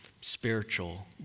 spiritual